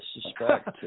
suspect